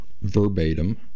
verbatim